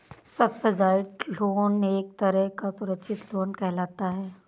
subsidised loan एक तरह का सुरक्षित लोन कहलाता है